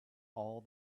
all